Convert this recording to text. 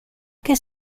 che